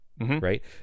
right